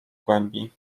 głębi